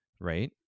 right